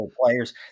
players